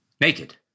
naked